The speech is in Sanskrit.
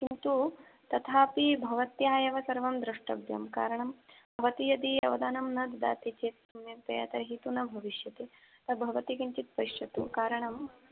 किन्तु तथापि भवत्या एव सर्वं द्रष्टव्यं कारणं भवती यदि अवधानं न ददाति चेत् सम्यक्तया तर्हि तु न भविष्यति भवती किञ्चिद् पश्यतु कारणं